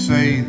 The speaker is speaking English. say